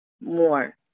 more